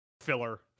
filler